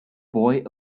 boy